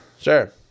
Sure